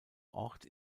ort